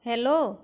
hello